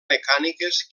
mecàniques